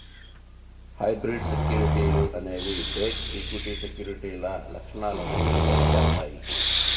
hybrid సెక్యూరిటీలు అనేవి debt, equity సెక్యూరిటీల లక్షణాలను మిళితం చేత్తాయి